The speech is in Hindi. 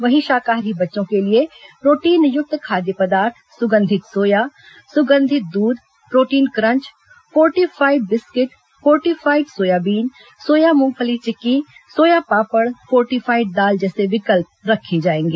वहीं शाकाहारी बच्चों के लिए प्रोटीनयुक्त खाद्य पदार्थ सुगंधित सोया सुगंधित दूध protein crunch fortified biscuit fortified soybean soya मूंगफली चिकी सोया पापड़ फोर्टिफाइड दाल जैसे विकल्प रखे जाएंगे